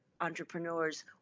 entrepreneurs